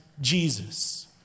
Jesus